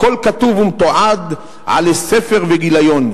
הכול כתוב ומתועד על ספר וגיליון.